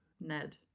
Ned